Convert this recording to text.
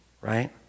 right